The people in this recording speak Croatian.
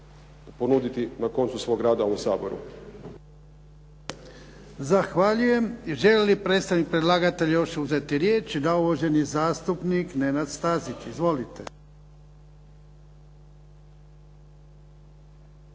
ponuditi na koncu svog rada u Saboru.